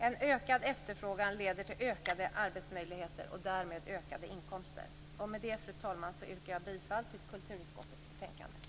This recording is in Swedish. En ökad efterfrågan leder till ökade arbetsmöjligheter och därmed ökade inkomster. Med detta, fru talman, yrkar jag bifall till hemställan i kulturutskottets betänkande.